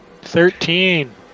Thirteen